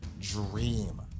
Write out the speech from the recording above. dream